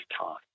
time